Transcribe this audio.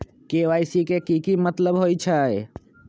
KYC के कि मतलब होइछइ?